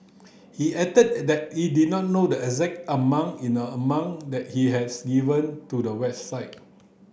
he added that he did not know the exact amount in the amount that he has given to the website